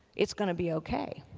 it's going to be okay.